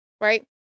right